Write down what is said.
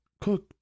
cook